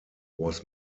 was